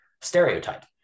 stereotype